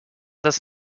das